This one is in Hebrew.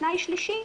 והתנאי השלישי,